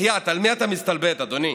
בחייאת, על מי אתה מסתלבט, אדוני?